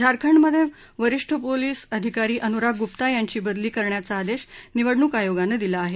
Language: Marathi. झारखंडमधे वरीष्ठ पोलीस अधिकारी अनुराग गुप्ता यांची बदली करण्याचा आदेश निवडणूक आयोगानं दिला आहे